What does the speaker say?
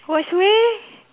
worst way